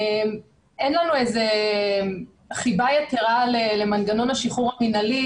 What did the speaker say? אין לנו איזה חיבה יתרה למנגנון השחרור המנהלי,